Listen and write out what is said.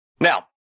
Now